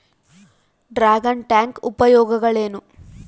Dragon tank ಉಪಯೋಗಗಳೇನು?